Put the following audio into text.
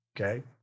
Okay